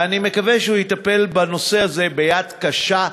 ואני מקווה שהוא יטפל בנושא הזה ביד קשה,